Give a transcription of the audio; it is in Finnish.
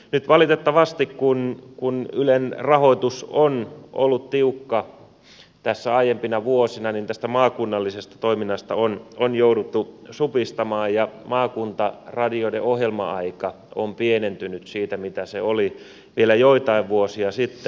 nyt valitettavasti kun ylen rahoitus on ollut tiukka tässä aiempina vuosina tästä maakunnallisesta toiminnasta on jouduttu supistamaan ja maakuntaradioiden ohjelma aika on pienentynyt siitä mitä se oli vielä joitain vuosia sitten